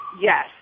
yes